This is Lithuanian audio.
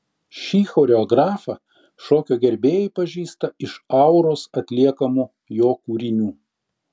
šį choreografą šokio gerbėjai pažįsta iš auros atliekamų jo kūrinių